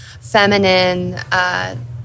feminine